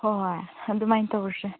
ꯍꯣꯏ ꯑꯗꯨꯃꯥꯏꯅ ꯇꯧꯔꯁꯦ